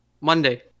monday